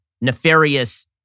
nefarious